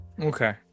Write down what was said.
Okay